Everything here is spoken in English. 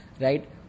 right